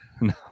No